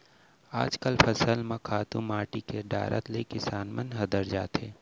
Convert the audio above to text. आजकल फसल म खातू माटी के डारत ले किसान मन हदर जाथें